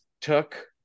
took